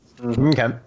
Okay